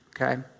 okay